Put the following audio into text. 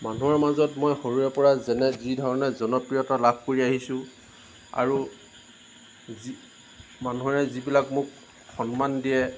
মানুহৰ মাজত মই সৰুৰে পৰা যেনে যি ধৰণে জনপ্ৰিয়তা লাভ কৰি আহিছোঁ আৰু যি মানুহৰে যি বিলাক মোক সন্মান দিয়ে